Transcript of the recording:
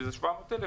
שזה 700,000,